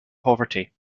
poverty